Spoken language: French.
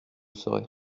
serai